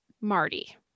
Marty